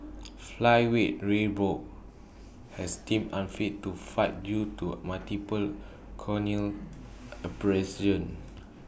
flyweight ray Borg has deemed unfit to fight due to multiple corneal abrasions